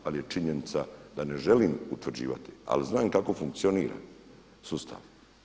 Ali činjenica je da ne želim utvrđivati, ali znam kako funkcionira sustav.